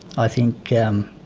i think um